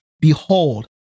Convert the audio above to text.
Behold